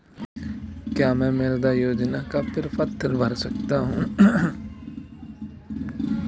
क्या मैं मुद्रा योजना का प्रपत्र भर सकता हूँ?